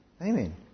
Amen